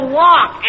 walk